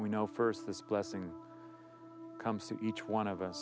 we know first this blessing comes to each one of us